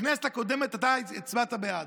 בכנסת הקודמת אתה הצבעת בעד.